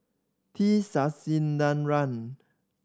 T Sasitharan